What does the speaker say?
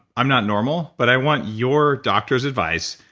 i'm not normal, but i want your doctor's advice.